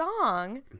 song